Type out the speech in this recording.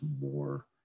more